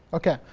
ok,